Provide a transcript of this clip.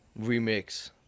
remix